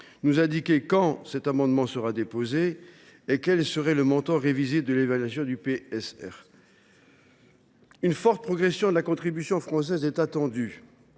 nous indiquer quand sera déposé cet amendement ? Et quel serait le montant révisé de l’évaluation du PSR ? Une forte progression de la contribution française est attendue,